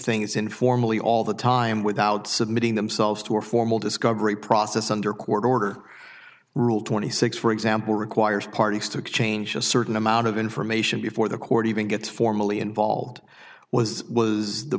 things informally all the time without submitting themselves to a formal discovery process under court order rule twenty six for example requires parties to exchange a certain amount of information before the court even gets formally involved was